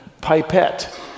pipette